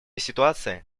ситуация